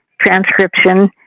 transcription